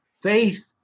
faith